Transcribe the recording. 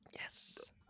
Yes